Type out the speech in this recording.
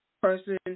person